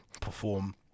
perform